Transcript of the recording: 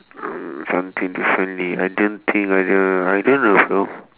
mm something differently I don't think either I don't know if I would